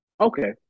Okay